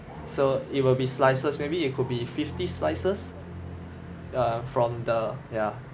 so it will be slices maybe you could be fifty slices err from the ya